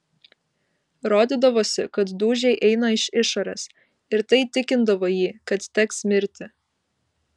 rodydavosi kad dūžiai eina iš išorės ir tai įtikindavo jį kad teks mirti